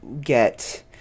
get